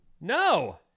No